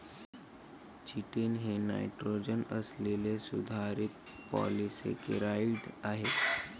chitin हे nitrogen असलेले सुधारित पॉलिसेकेराइड आहे